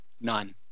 None